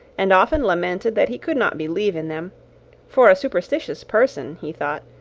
and often lamented that he could not believe in them for a superstitious person, he thought,